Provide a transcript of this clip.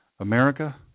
America